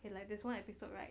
then like this one episode right